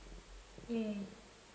mm